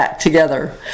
together